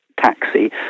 taxi